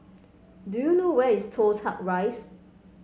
do you know where is Toh Tuck Rise